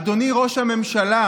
"אדוני ראש הממשלה",